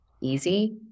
easy